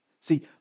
See